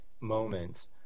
moments